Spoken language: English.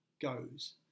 goes